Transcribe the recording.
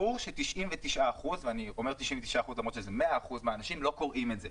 ברור ש -99% לא קוראים את זה.